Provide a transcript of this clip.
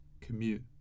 commute